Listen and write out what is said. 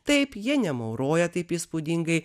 taip jie nemauroja taip įspūdingai